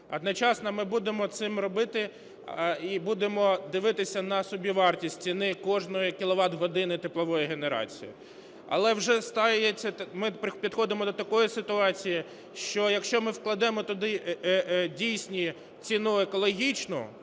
Одночасно ми будемо це робити, і будемо дивитися на собівартість кожної кіловат-години теплової генерації. Але вже ми підходимо до такої ситуації, що якщо ми вкладемо туди дійсно ціну екологічну,